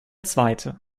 zweite